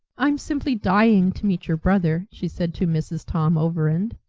i'm simply dying to meet your brother, she said to mrs. tom overend,